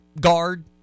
guard